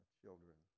children